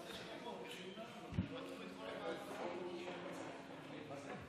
אבטלה לעצמאים ומענקים למבוטלים מבזבזים את כספי הציבור על הג'ובים".